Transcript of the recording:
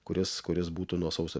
kuris kuris būtų nuo sausio